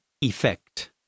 effect